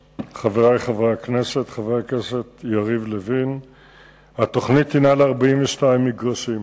לאחרונה קבע בג"ץ כי גיוסם של מתנדבים בעלי מוגבלויות לצה"ל